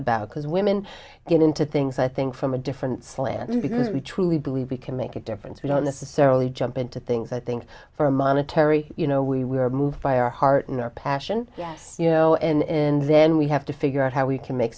about because women get into things i think from a different slant because we truly believe we can make a difference we don't necessarily jump into things i think for monetary you know we were moved by our heart in our passion yes you know in then we have to figure out how we can make